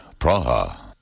Praha